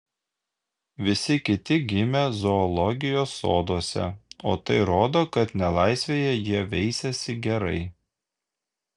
visi kiti gimę zoologijos soduose o tai rodo kad nelaisvėje jie veisiasi gerai